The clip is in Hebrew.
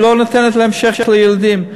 היא לא נותנת להמשך, לילדים.